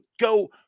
go